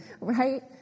right